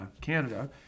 Canada